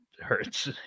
hurts